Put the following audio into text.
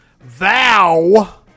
vow